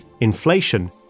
Inflation